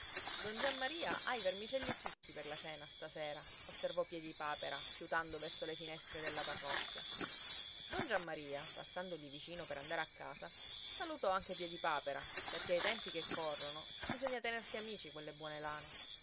don giammaria ha i vermicelli fritti per la cena stasera osservò piedipapera fiutando verso le finestre della parrocchia don giammaria passando lì vicino per andare a casa salutò anche piedipapera perché ai tempi che corrono bisogna tenersi amici quelle buone lane